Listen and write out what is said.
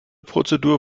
prozedur